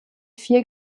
vier